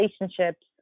relationships